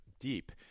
deep